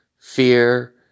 fear